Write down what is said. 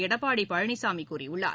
எடப்பாடி பழனிசாமி கூறியுள்ளார்